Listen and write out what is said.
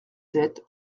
sept